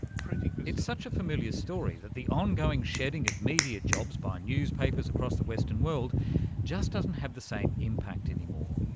it's such a familiar story that the ongoing shedding of media jobs by and newspapers across the western world just doesn't have the same impact anymore.